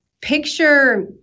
picture